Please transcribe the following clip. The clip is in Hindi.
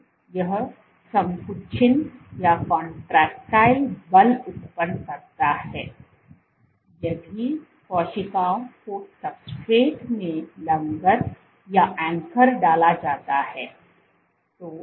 तो यह संकुचन संकुचन बल उत्पन्न करता है यदि कोशिका को सब्सट्रेट में लंगर डाला जाता है